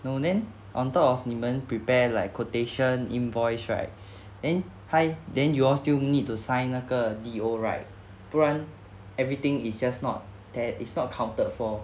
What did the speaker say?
no then on top of 你们 prepare like quotation invoice right then high then you all still need to sign 那个 D_O right 不然 everything is just not that it's not accounted for